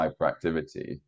hyperactivity